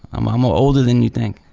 um i'm older than you think.